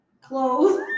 Clothes